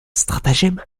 stratagème